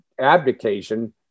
abdication